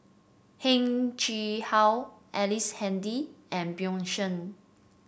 Heng Chee How Ellice Handy and Bjorn Shen